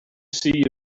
see